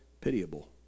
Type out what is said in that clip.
pitiable